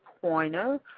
Pointer